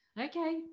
okay